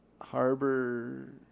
Harbor